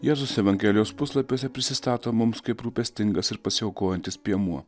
jėzus evangelijos puslapiuose prisistato mums kaip rūpestingas ir pasiaukojantis piemuo